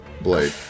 blade